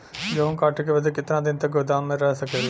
गेहूँ कांटे के बाद कितना दिन तक गोदाम में रह सकेला?